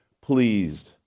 pleased